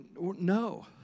no